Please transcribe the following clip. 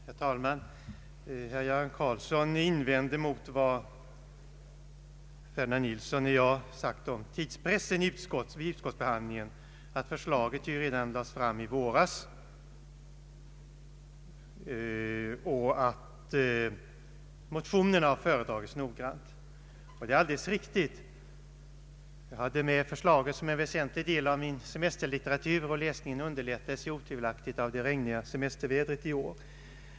Herr talman! Herr Göran Karlsson gjorde invändningar mot vad herr Ferdinand Nilsson och jag har sagt om tidspressen vid utskottsbehandlingen. Han framhöll att förslaget till ny jordabalk lades fram redan i våras och att motionerna har föredragits noggrant. Det är alldeles riktigt. Jag hade med mig förslaget såsom en väsentlig del av min semesterlitteratur, och läsandet underlättades otvivelaktigt av det regniga semestervädret i år.